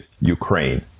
Ukraine